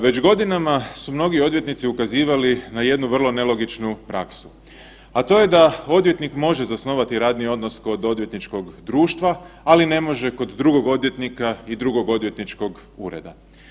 Već godinama su mnogi odvjetnici ukazivali na jednu vrlo nelogičnu praksu, a to je da odvjetnik može zasnovati radni odnos kod odvjetničkog društva, ali ne može kod drugog odvjetnika i drugog odvjetničkog ureda.